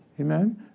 Amen